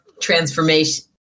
transformation